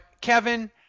Kevin –